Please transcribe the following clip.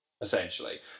essentially